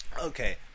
Okay